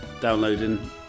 downloading